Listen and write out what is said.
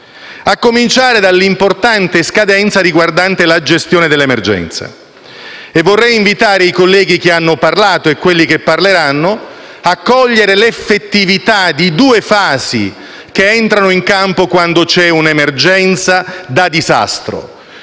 a cominciare dall'importante scadenza riguardante la gestione delle emergenze e vorrei invitare i colleghi che hanno parlato e quelli che parleranno a cogliere l'effettività di due fasi che entrano in campo quando c'è una emergenza da disastro.